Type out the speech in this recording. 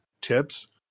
tips